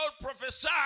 prophesy